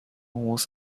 was